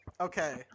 okay